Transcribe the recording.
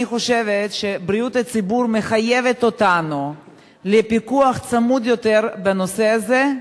אני חושבת שבריאות הציבור מחייבת אותנו לפיקוח צמוד יותר בנושא הזה.